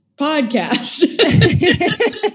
podcast